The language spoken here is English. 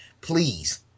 Please